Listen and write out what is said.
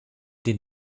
den